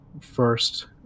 first